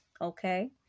okay